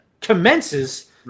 commences